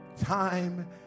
time